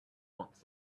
that